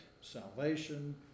salvation